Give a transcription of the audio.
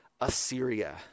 Assyria